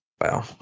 Wow